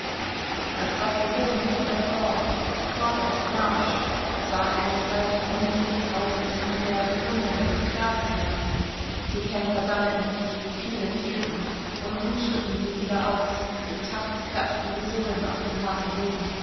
das bataillon hinter das dorf vorwärts marsch es war keine zeit um sich des grausens und der bewunderung klar zu werden die kämpfer sammelten sich viele fehlten und nun schritten sie wieder aus im takt klappten die sohlen auf dem harten boden